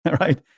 right